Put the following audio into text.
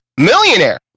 millionaire